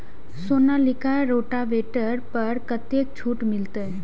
Sonalika rotavator पर कतेक छूट मिलते?